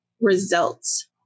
results